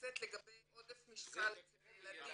הכנסת אמר, לגבי עודף משקל אצל ילדים.